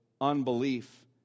unbelief